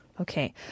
Okay